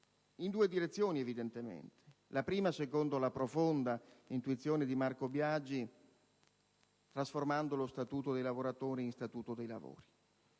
in due direzioni: la prima, secondo la profonda intuizione di Marco Biagi, cioè trasformando lo Statuto dei lavoratori in Statuto dei lavori.